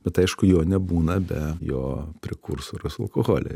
bet aišku jo nebūna be jo prekursoriaus alkoholio